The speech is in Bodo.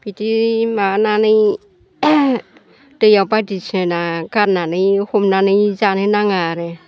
बिदि माबानानै दैआव बायदिसिना गारनानै हमनानै जानो नाङा आरो